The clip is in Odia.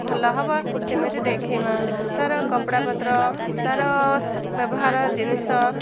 ଭଲ ହବ ସେମିତି ଦେଖିବା ତାର କପଡ଼ାପତ୍ର ତାର ବ୍ୟବହାର ଜିନିଷ